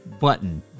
button